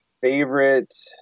Favorite